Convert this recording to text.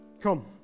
Come